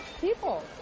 People